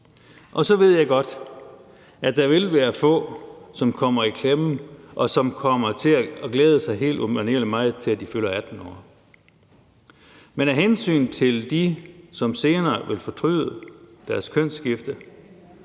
år. Så ved jeg godt, at der vil være få, som kommer i klemme, og som kommer til at glæde sig helt umanerlig meget til, at de fylder 18 år. Men af hensyn til dem, som senere vil fortryde deres kønsskifte,